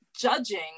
judging